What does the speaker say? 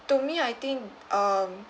to me I think um